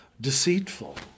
deceitful